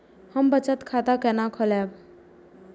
हम बचत खाता केना खोलैब?